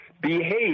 behave